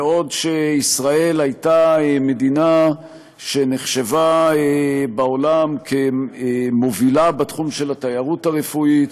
ישראל הייתה מדינה שנחשבה בעולם כמובילה בתחום של התיירות הרפואית,